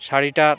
শাড়িটার